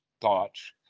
thoughts